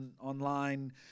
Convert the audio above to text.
online